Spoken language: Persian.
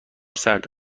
سرد